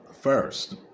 First